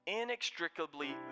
inextricably